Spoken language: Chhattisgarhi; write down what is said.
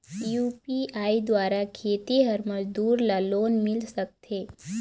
यू.पी.आई द्वारा खेतीहर मजदूर ला लोन मिल सकथे?